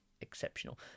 exceptional